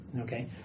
Okay